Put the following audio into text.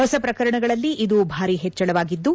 ಹೊಸ ಪ್ರಕರಣಗಳಲ್ಲಿ ಇದು ಭಾರೀ ಹೆಚ್ಚಳವಾಗಿದ್ದು